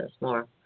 more